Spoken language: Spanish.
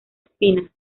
espina